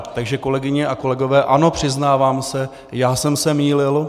Takže kolegyně a kolegové, ano, přiznávám se, já jsem se mýlil.